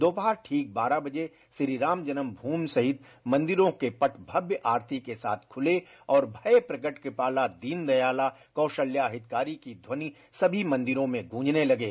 दोपहर ठीक बारह बजे श्री राम जन्म भूमि सहित मंदिरों के पट भव्य आरती के साथ खुले और श्मये प्रगट कृपाला दीनदयाला कौसल्या हितकारी की ध्वनि सभी मंदिरों में गूंजने लगे